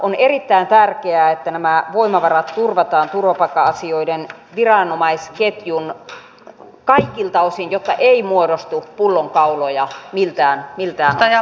on erittäin tärkeää että nämä voimavarat turvataan turvapaikka asioiden viranomaisketjun kaikilta osin jotta ei muodostu pullonkauloja miltään osin